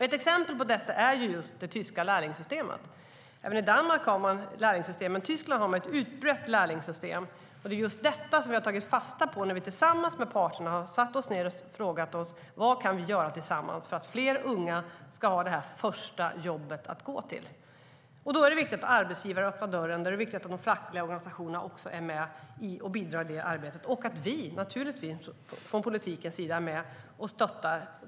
Ett exempel på detta är det tyska lärlingssystemet. Även i Danmark har man lärlingssystem, men i Tyskland har man ett som är utbrett. Det är just detta vi har tagit fasta på när vi tillsammans med parterna har satt oss ned och frågat oss: Vad kan vi göra tillsammans för att fler unga ska ha detta första jobb att gå till? Då är det viktigt att arbetsgivare öppnar dörren, att de fackliga organisationerna är med och bidrar i arbetet och - naturligtvis - att vi från politiken är med och stöttar.